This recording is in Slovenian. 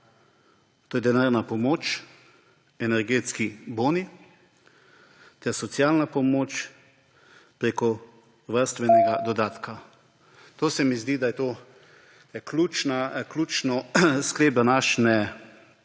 To je denarna pomoč, energetski boni ter socialna pomoč preko varstvenega dodatka. To se mi zdi, da je to ključno sklep današnje